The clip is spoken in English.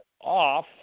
off